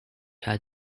had